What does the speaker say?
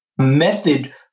method